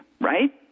right